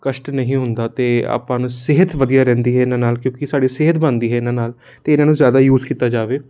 ਕਸ਼ਟ ਨਹੀਂ ਹੁੰਦਾ ਅਤੇ ਆਪਾਂ ਨੂੰ ਸਿਹਤ ਵਧੀਆ ਰਹਿੰਦੀ ਹੈ ਇਹਨਾਂ ਨਾਲ ਕਿਉਂਕਿ ਸਾਡੀ ਸਿਹਤ ਬਣਦੀ ਹੈ ਇਹਨਾਂ ਨਾਲ ਅਤੇ ਇਹਨਾਂ ਨੂੰ ਜ਼ਿਆਦਾ ਯੂਜ਼ ਕੀਤਾ ਜਾਵੇ